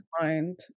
mind